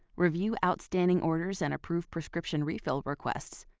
review outstanding orders and approve prescription refill requests,